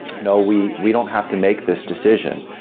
no, we we don't have to make this decision.